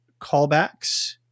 callbacks